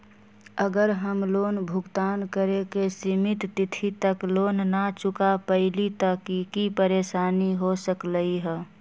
अगर हम लोन भुगतान करे के सिमित तिथि तक लोन न चुका पईली त की की परेशानी हो सकलई ह?